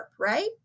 right